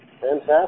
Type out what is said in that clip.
Fantastic